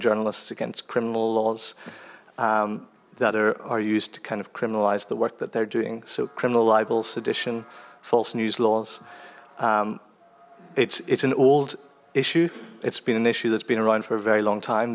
journalists against criminal laws that are used to kind of criminalize the work that they're doing so criminal libel sedition false news laws it's it's an old issue it's been an issue that's been around for a very long time